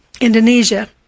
Indonesia